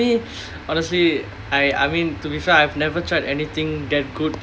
uh for me honestly I I mean to be fair I've never tried anything that good